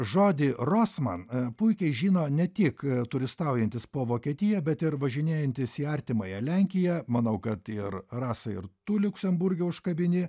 žodį rosman puikiai žino ne tik turistaujantys po vokietiją bet ir važinėjantys į artimąją lenkiją manau kad ir rasa ir tu liuksemburge užkabini